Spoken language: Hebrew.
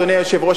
אדוני היושב-ראש,